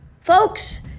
Folks